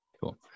Cool